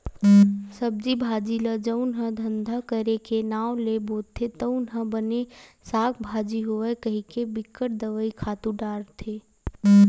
सब्जी भाजी ल जउन ह धंधा करे के नांव ले बोथे तउन ह बने साग भाजी होवय कहिके बिकट दवई, खातू डारथे